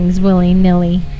willy-nilly